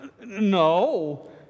No